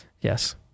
Yes